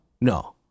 No